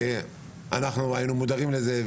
אנחנו היינו מודעים לזה,